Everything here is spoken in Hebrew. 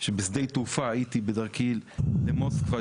שבשדה התעופה הייתי בדרכי למוסקבה,